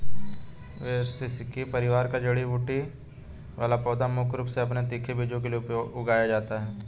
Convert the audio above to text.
ब्रैसिसेकी परिवार का जड़ी बूटी वाला पौधा मुख्य रूप से अपने तीखे बीजों के लिए उगाया जाता है